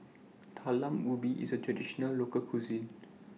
Talam Ubi IS A Traditional Local Cuisine